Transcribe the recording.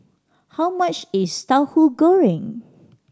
how much is Tahu Goreng